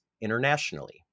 internationally